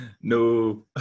No